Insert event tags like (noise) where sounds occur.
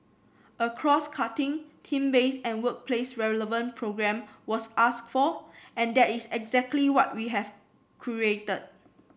a crosscutting theme based and workplace relevant programme was asked for and that is exactly what we have (unintelligible)